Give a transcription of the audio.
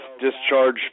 discharge